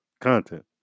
content